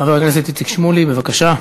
חבר הכנסת איציק שמולי, בבקשה.